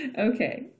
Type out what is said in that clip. Okay